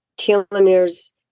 telomeres